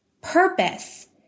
purpose